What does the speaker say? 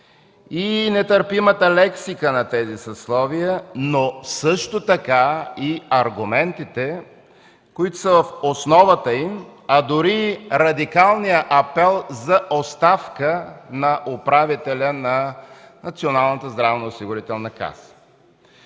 и нетърпимата лексика на тези съсловия, но също така и аргументите, които са в основата им, а дори и радикалния апел за оставка на управителя на Националната здравноосигурителна каса.